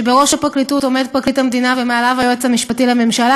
ובראש הפרקליטות עומד פרקליט המדינה ומעליו היועץ המשפטי לממשלה,